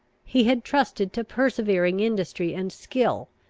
he had trusted to persevering industry and skill,